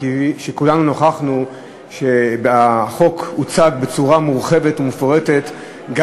החוק הוצג בצורה מורחבת ומפורטת גם